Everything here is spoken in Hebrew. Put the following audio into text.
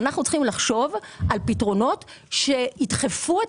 אנחנו צריכים לחשוב על פתרונות שידחפו את הבנקים.